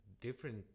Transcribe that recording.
different